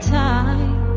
time